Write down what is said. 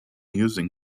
using